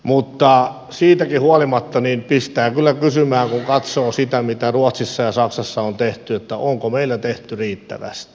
mutta siitäkin huolimatta pistää kyllä kysymään kun katsoo sitä mitä ruotsissa ja saksassa on tehty että onko meillä tehty riittävästi